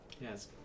Yes